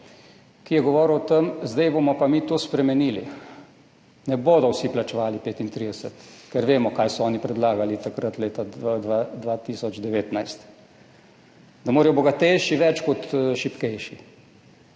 ki je govoril o tem, zdaj bomo pa mi to spremenili, ne bodo vsi plačevali 35. Ker vemo, kaj so oni predlagali takrat leta 2019 – da morajo bogatejši več kot šibkejši.